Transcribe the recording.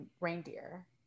reindeer